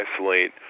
isolate